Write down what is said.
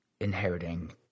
Inheriting